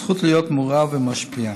הזכות להיות מעורב ומשפיע.